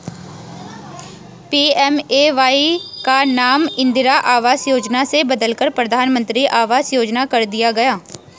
PMAY का नाम इंदिरा आवास योजना से बदलकर प्रधानमंत्री आवास योजना कर दिया गया